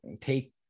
take